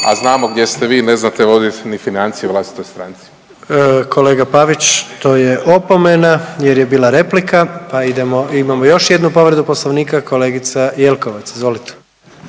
da znamo gdje ste vi. Ne znate voditi ni financije u vlastitoj stranci. **Jandroković, Gordan (HDZ)** Kolega Pavić to je opomena jer je bila replika pa idemo, imamo još jednu povredu Poslovnika kolegica Jelkovac. Izvolite.